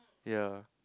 yea